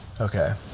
Okay